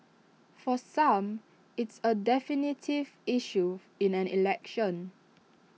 for some it's A definitive issue in an election